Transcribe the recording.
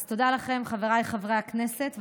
אז תודה לכם, חבריי חברי הכנסת.